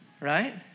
right